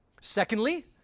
Secondly